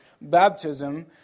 baptism